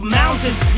mountains